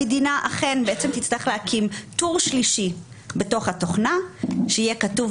המדינה אכן בעצם תצטרך להקים טור שלישי בתוך התוכנה שיהיה כתוב